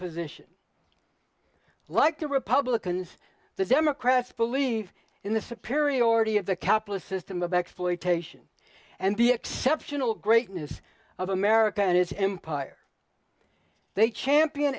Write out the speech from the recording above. position like the republicans the democrats believe in the superiority of the capitalist system of exploitation and the exceptional greatness of america and its empire they champion